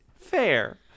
fair